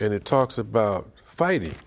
and it talks about fighting